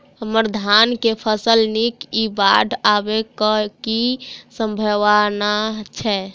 हम्मर धान केँ फसल नीक इ बाढ़ आबै कऽ की सम्भावना छै?